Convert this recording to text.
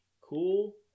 cool